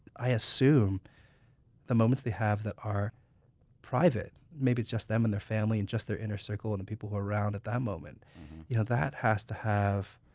i assume the moments they have that are private maybe just them and their family, and their inner circle, and the people who are around at that moment you know that has to have